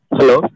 Hello